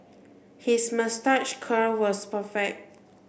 his moustache curl was perfect